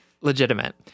legitimate